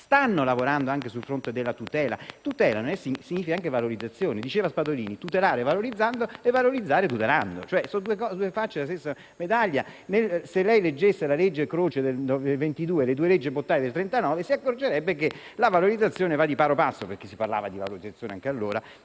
Stanno lavorando anche sul fronte della tutela. Tutela significa anche valorizzazione. Diceva Spadolini, tutelare valorizzando e valorizzare tutelando: sono due facce della stessa medaglia. Se lei leggesse la legge Croce del 1922 e le due leggi Bottai del 1939 si accorgerebbe che la valorizzazione - si parlava di valorizzazione anche allora,